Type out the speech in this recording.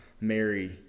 Mary